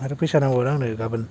आरो फैसा नांगोमोन आंनो गाबोन